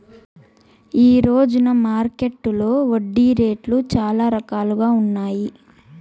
ఈ రోజున మార్కెట్టులో వడ్డీ రేట్లు చాలా రకాలుగా ఉన్నాయి